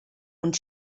und